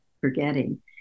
forgetting